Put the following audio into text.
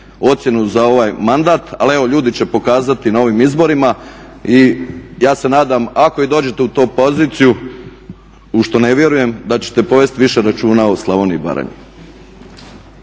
ocjenu za ovaj mandat ali evo ljudi će pokazati na ovim izborima. Ja se nadam ako i dođete u tu poziciju, u što ne vjerujem, da ćete povesti više računa o Slavoniji i Baranji.